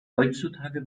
heutzutage